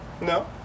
No